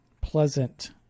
pleasant